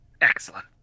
Excellent